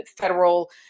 federal